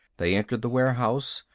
they entered the warehouse.